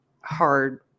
hard